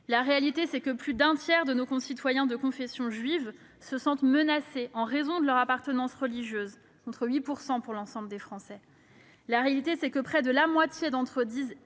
La réalité, c'est que plus d'un tiers de nos concitoyens de confession juive se sentent aujourd'hui menacés en raison de leur appartenance religieuse, contre 8 % pour l'ensemble des Français. Que près de la moitié d'entre eux